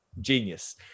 Genius